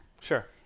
Sure